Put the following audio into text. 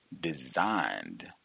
designed